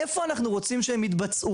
איפה אנחנו רוצים שהם יתבצעו,